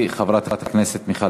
חברת הכנסת מיכל